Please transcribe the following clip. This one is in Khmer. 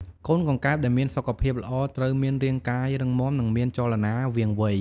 កូនកង្កែបដែលមានសុខភាពល្អត្រូវមានរាងកាយរឹងមាំ និងមានចលនាវាងវៃ។